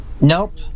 Nope